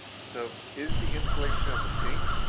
so, is the installation of the sink,